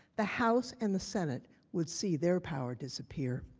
the house and the senate would see their power disappear.